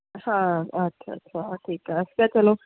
ਹਾਂ ਅੱਛਾ ਅੱਛਾ ਹਾਂ ਠੀਕ ਹੈ ਅਸੀਂ ਕਿ ਚਲੋ